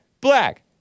black